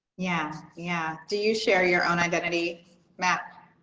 yeah yeah. do you share your own identity map